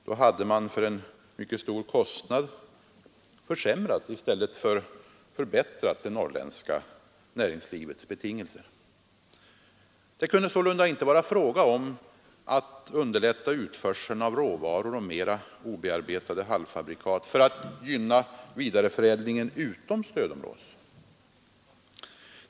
Då hade man för en mycket stor kostnad försämrat i stället för förbättrat det norrländska näringslivets betingelser. Det kunde sålunda inte vara fråga om att underlätta utförseln av råvaror och mera obearbetade halvfabrikat för att gynna vidareförädlingen utom stödområdet.